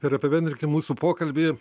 ir apibendrinkim mūsų pokalbį